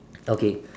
okay